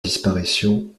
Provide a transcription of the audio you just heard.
disparition